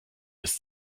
ist